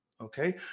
okay